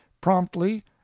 promptly